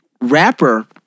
rapper